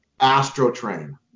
AstroTrain